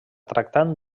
tractant